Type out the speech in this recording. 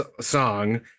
song